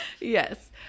Yes